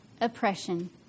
oppression